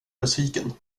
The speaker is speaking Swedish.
besviken